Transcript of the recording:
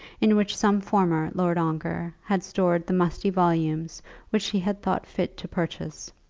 in which some former lord ongar had stored the musty volumes which he had thought fit to purchase.